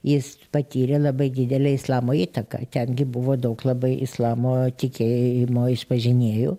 jis patyrė labai didelę islamo įtaką ten gi buvo daug labai islamo tikėjimo išpažinėjų